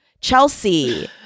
chelsea